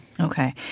Okay